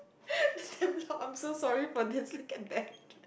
I'm so sorry for this look at that